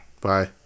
bye